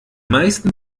meisten